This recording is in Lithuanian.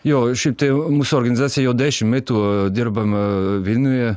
jo šiaip tai mūsų organizacija jau dešim metų dirbame vilniuje